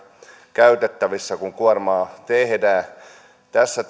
käytettävissä kun kuormaa tehdään tässä